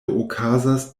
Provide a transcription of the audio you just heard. okazas